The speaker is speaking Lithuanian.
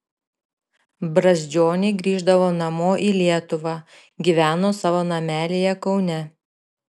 brazdžioniai grįždavo namo į lietuvą gyveno savo namelyje kaune